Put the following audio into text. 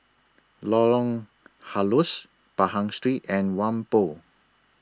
Lorong Halus Pahang Street and Whampoa